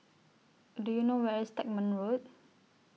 Do YOU know Where IS Stagmont Road